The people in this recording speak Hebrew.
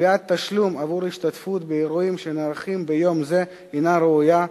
גביית תשלום עבור ההשתתפות באירועים שנערכים ביום זה אינה ראויה,